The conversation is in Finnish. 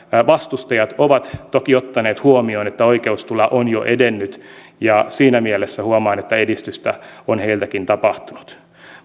vastustajat ovat toki ottaneet huomioon että oikeustila on jo edennyt ja siinä mielessä huomaan että edistystä on heiltäkin tapahtunut